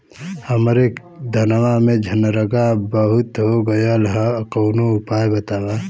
हमरे धनवा में झंरगा बहुत हो गईलह कवनो उपाय बतावा?